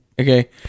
Okay